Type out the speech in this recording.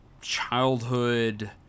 childhood